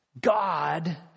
God